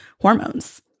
hormones